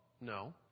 No